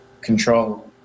control